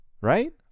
right